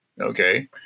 Okay